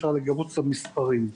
אפשר לגבות אותה במספרים,